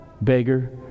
beggar